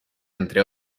entre